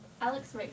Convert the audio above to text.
Alex